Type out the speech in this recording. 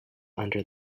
under